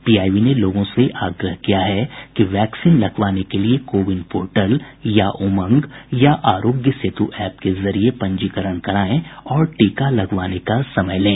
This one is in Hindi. पीआईबी ने लोगों से आग्रह किया कि वैक्सीन लगवाने के लिए कोविन पोर्टल या उमंग या आरोग्य सेतु ऐप के जरिए पंजीकरण कराएं और टीका लगवाने का समय लें